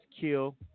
kill